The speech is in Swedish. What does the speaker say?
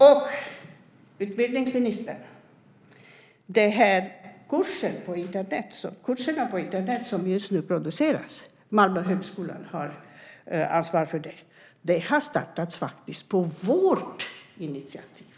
Sedan, utbildningsministern, har de kurser på Internet som just nu produceras - Malmö högskola har ansvaret för det - faktiskt startats på vårt initiativ.